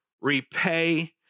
repay